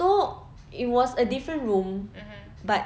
so it was a different room but